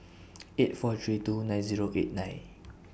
eight four three two nine Zero eight nine